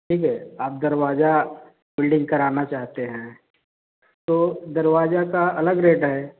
ठीक है आप दरवाज़ा वेल्डिंग कराना चाहते हैं तो दरवाज़े के अलग रेट है